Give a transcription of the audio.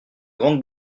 grande